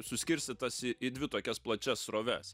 suskirstytas į į dvi tokias plačias sroves